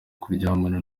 kuryamana